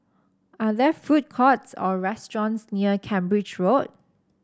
are there food courts or restaurants near Cambridge Road